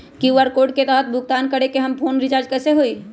QR code के तहद भुगतान करके हम फोन रिचार्ज कैसे होई?